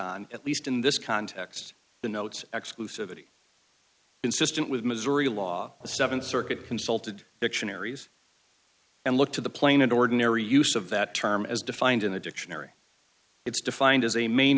on at least in this context the notes exclusivity consistent with missouri law the th circuit consulted dictionaries and look to the plain and ordinary use of that term as defined in the dictionary it's defined as a main